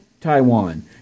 Taiwan